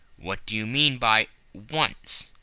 what do you mean by once?